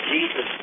Jesus